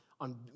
on